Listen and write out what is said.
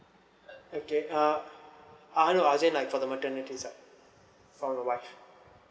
okay uh uh I don't know I'll say like for the maternity side for the wife